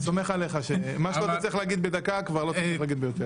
אני סומך שמה לא תצליח להגיד בדקה כבר לא תצליח להגיד ביותר.